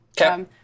Okay